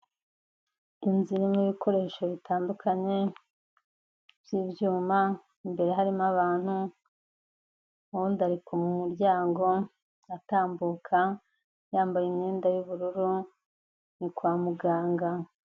Inzu irimo ibikoresho bitandukanye, iby'ibyuma, imbere harimo abantu, uwundi ari ku muryango, atambuka, yambaye imyenda y'ubururu, ni kwa muganga.